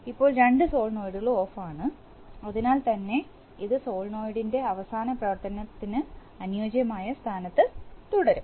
ഇപ്പോൾ രണ്ട് സോളിനോയിഡുകളും ഓഫാണ് അതിനാൽ തന്നെ ഇത് സോളിനോയിഡിന്റെ അവസാന പ്രവർത്തനത്തിന് അനുയോജ്യമായ സ്ഥാനത്ത് തുടരും